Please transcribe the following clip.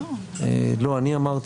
לא אני אמרתי,